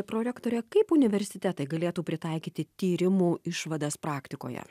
prorektore kaip universitetai galėtų pritaikyti tyrimų išvadas praktikoje